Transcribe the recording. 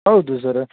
ಹೌದು ಸರ